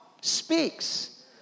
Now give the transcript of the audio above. speaks